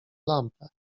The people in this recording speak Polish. lampę